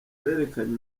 berekanye